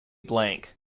blank